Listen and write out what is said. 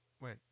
Wait